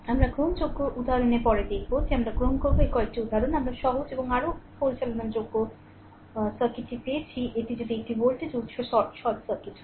আমরা গ্রহণযোগ্য উদাহরণে পরে দেখব যে আমরা গ্রহণ করব কয়েকটি উদাহরণ আমরা সহজ এবং আরও পরিচালনাযোগ্য সার্কিটটি পেয়েছি এটি যদি একটি ভোল্টেজ উত্স শর্ট সার্কিট হয়